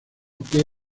que